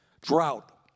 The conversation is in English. Drought